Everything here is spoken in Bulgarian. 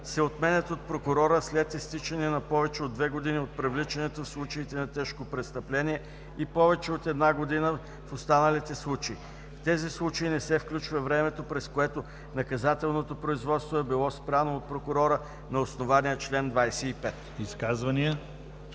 се отменят от прокурора след изтичане на повече от две години от привличането в случаите на тежко престъпление и повече от една година – в останалите случаи. В тези срокове не се включва времето, през което наказателното производство е било спряно от прокурора на основание чл. 25.“